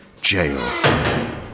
jail